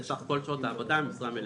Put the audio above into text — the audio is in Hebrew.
לסך כל שעות העבודה במשרה מלאה,"